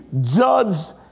judged